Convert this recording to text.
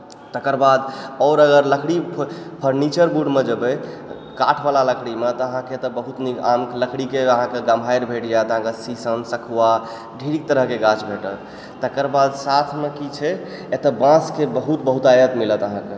तकर बाद और अगर लकड़ी फर्नीचरमे जेबै काठ बला लकड़ीमे तऽ अहाँकेॅं एतऽ बहुत नीक आमके लकड़ी अहाँकेॅं गम्हारि भेट जाएत अहाँकेॅं शीशम सखुआ ढेरिक तरह के गाछ भेटत तकर बाद साथमे की छै एतऽ बाॅंस के बहुत बहुतायत मिलत अहाँकेॅं